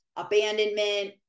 abandonment